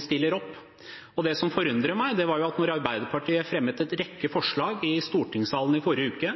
stiller opp. Det som forundrer meg, er at da Arbeiderpartiet fremmet en rekke forslag i stortingssalen i forrige uke,